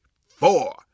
four